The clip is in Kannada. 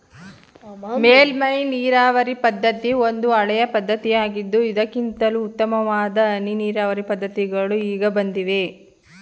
ಮೇಲ್ಮೈ ನೀರಾವರಿ ಪದ್ಧತಿ ಒಂದು ಹಳೆಯ ಪದ್ಧತಿಯಾಗಿದ್ದು ಇದಕ್ಕಿಂತಲೂ ಉತ್ತಮವಾದ ಹನಿ ನೀರಾವರಿ ಪದ್ಧತಿಗಳು ಈಗ ಬಂದಿವೆ